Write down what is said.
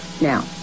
Now